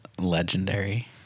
legendary